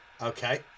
Okay